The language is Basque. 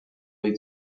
ohi